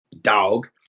Dog